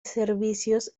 servicios